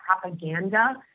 propaganda